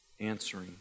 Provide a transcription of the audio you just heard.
answering